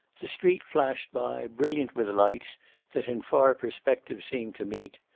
the street flashed by, brilliant with lights that in far perspective seemed to meet.